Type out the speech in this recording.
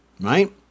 right